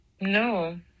no